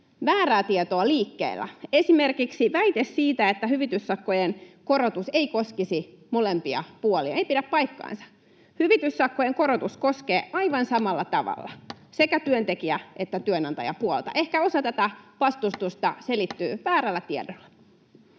väärää tietoa liikkeellä. Esimerkiksi väite siitä, että hyvityssakkojen korotus ei koskisi molempia puolia, ei pidä paikkaansa. Hyvityssakkojen korotus koskee aivan samalla tavalla sekä työntekijä- että työnantajapuolta. Ehkä osa tästä vastustuksesta selittyy väärällä tiedolla.